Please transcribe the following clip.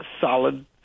solid